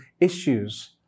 issues